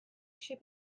should